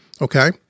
okay